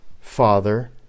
father